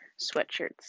sweatshirts